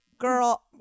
Girl